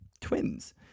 Twins